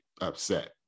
upset